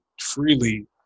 freely